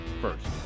first